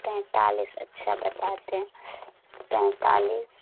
پینتالیس اچھا بتاتے ہیں پینتالیس